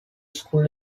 school